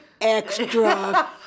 Extra